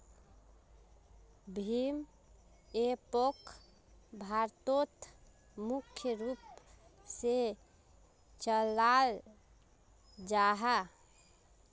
भीम एपोक भारतोत मुख्य रूप से चलाल जाहा